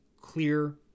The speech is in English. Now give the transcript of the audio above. clear